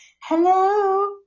hello